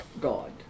God